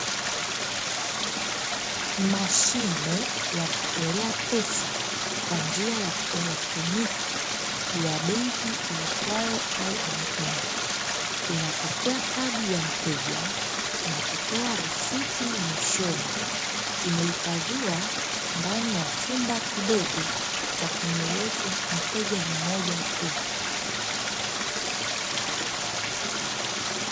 Mashine ya kutolea pesa kwa njia ya kieletroniki ya benki iitwayo "I&M”, inapokea kadi ya mteja na kutoa risiti mwishoni. Imehifadhiwa ndani ya chumba kidogo cha kumruhusu mteja mmoja tu.